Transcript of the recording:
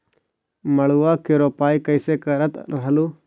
मड़उआ की रोपाई कैसे करत रहलू?